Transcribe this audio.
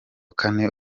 kane